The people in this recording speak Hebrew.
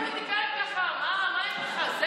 כל הפוליטיקאים ככה, מה יש לך?